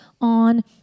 on